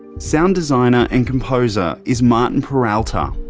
sound designer and composer is martin paralta.